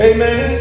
Amen